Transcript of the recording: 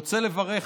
אדוני